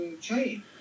chain